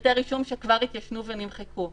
פרטי רישום שכבר התיישנו ונמחקו.